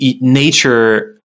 nature